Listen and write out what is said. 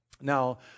Now